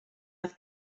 oedd